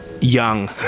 young